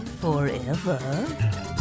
Forever